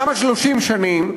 למה 30 שנים,